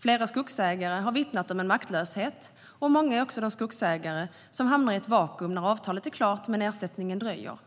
Flera skogsägare har vittnat om en maktlöshet, och många är också de skogsägare som hamnar i ett vakuum när avtalet är klart men ersättningen dröjer.